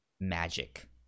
magic